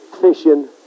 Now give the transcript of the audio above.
fishing